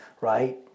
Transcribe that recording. right